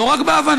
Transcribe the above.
לא רק בהבנה,